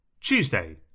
Tuesday